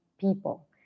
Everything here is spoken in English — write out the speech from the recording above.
people